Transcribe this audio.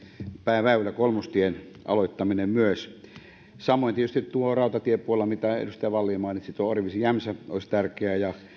pääväylän kolmostien aloittaminen samoin tietysti rautatiepuolella kuten edustaja wallin mainitsi tuo orivesi jämsä olisi tärkeä ja